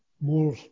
more